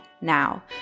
now